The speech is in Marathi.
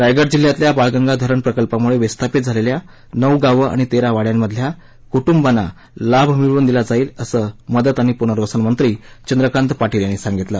रायगड जिल्ह्यातल्या बाळगंगा धरण प्रकल्पामुळे विस्थापित झालेल्या नऊ गावं आणि तेरा वाङ्यांमधल्या कुटुंबांना लाभ मिळवून दिला जाईल असं मदत आणि पूर्नवसनमंत्री चंद्रकांत पाटील यांनी सांगितलं